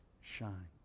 shine